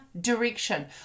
direction